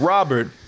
Robert